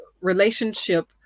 relationship